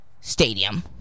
stadium